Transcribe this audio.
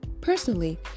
personally